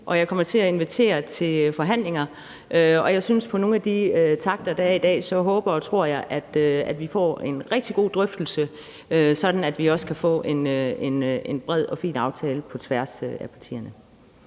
og jeg kommer til at invitere til forhandlinger. Ud fra nogle af de gode takter, der er i dag, håber og tror jeg, at vi får en rigtig god drøftelse, sådan at vi også kan få en bred og fin aftale på tværs af partierne.